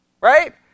Right